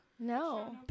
No